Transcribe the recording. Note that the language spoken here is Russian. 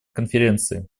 конференции